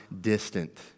distant